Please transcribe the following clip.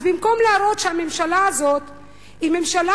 אז במקום להראות שהממשלה הזאת היא ממשלה